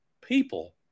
People